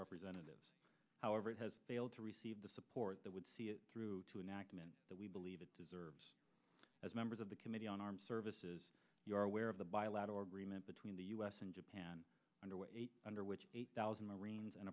representatives however it has failed to receive the support that would see it through to enactment that we believe it deserves as members of the committee on armed services you are aware of the bilateral agreement between the u s and japan under way under which eight thousand marines and